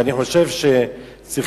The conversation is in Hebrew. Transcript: ואני חושב שצריכים,